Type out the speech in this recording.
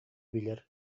билэр